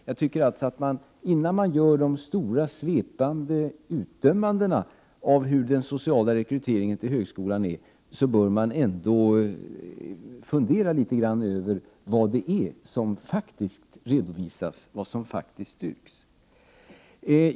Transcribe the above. Jag tycker alltså att man, innan man gör de stora svepande utdömandena av hur den sociala rekryteringen till högskolan ser ut, bör fundera litet grand över vad det är som faktiskt redovisas, vad som faktiskt styrks.